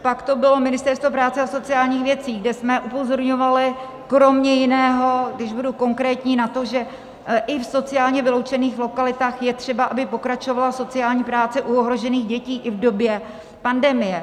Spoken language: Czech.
Pak to bylo Ministerstvo práce a sociálních věcí, kde jsme upozorňovali kromě jiného, když budu konkrétní, na to, že i v sociálně vyloučených lokalitách je třeba, aby pokračovala sociální práce u ohrožených dětí i v době pandemie.